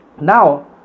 now